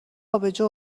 آبجو